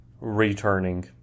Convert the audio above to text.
returning